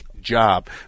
job